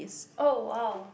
oh !wow!